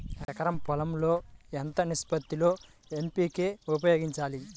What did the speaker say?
ఎకరం పొలం లో ఎంత నిష్పత్తి లో ఎన్.పీ.కే ఉపయోగించాలి?